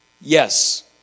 Yes